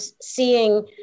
seeing